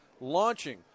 launching